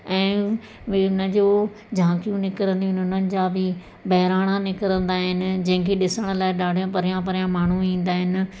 ऐं उहे उन जो झाकियूं निकिरंदियूं आहिनि उन्हनि जा बि बहिराणा निकिरंदा आहिनि जंहिंखें ॾिसण लाइ ॾाढा परियां परियां माण्हू ईंदा आहिनि